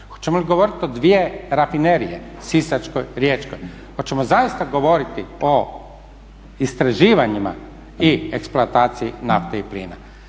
hoćemo li govoriti o dvije rafinerije Sisačkoj, Riječkoj, hoćemo zaista govoriti o istraživanjima i eksploataciji nafte i plina?